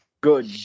Good